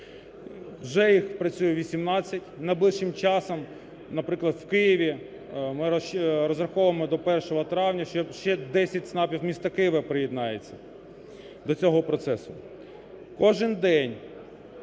вже їх працює 18, найближчим часом, наприклад, в Києві ми розраховуємо до 1 травня, що ще десять ЦНАПів міста Києва приєднається до цього процесу.